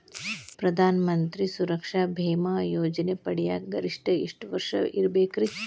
ಪ್ರಧಾನ ಮಂತ್ರಿ ಸುರಕ್ಷಾ ಭೇಮಾ ಯೋಜನೆ ಪಡಿಯಾಕ್ ಗರಿಷ್ಠ ಎಷ್ಟ ವರ್ಷ ಇರ್ಬೇಕ್ರಿ?